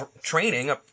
training